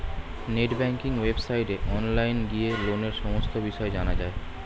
net banking ওয়েবসাইটে online গিয়ে লোনের সমস্ত বিষয় জানা যায়